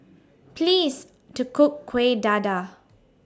Please to Cook Kueh Dadar